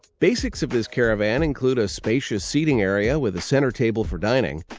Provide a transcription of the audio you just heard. basics of this caravan include a spacious seating area with a center table for dining,